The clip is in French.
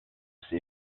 ses